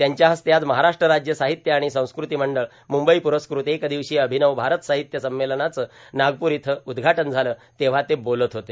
त्यांच्या हस्ते आज महाराष्ट्र राज्य साहित्य आणि संस्कृती मंडळ मुंबई पुरस्कृत एक दिवसीय अभिनव भारत साहित्य संमेलनाचं नागपूर इथं उद्घाटन झालं तेव्हा ते बोलत होते